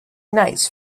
nights